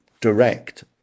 direct